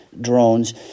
drones